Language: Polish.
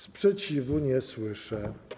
Sprzeciwu nie słyszę.